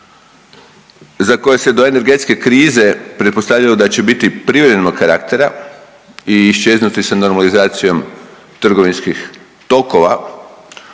za koje se do energetske krize pretpostavljalo da će biti privremenog karaktera i iščeznuti s normalizacijom trgovinskih tokova